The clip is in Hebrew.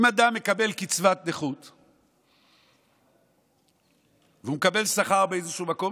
אם אדם מקבל קצבת נכות והוא מקבל שכר באיזשהו מקום,